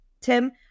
Tim